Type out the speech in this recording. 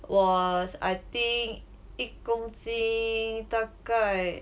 was I think 一公斤大概